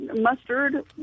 mustard